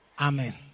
Amen